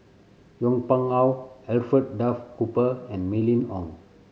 Yong Pung How Alfred Duff Cooper and Mylene Ong